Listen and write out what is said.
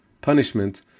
punishment